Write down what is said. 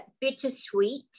bittersweet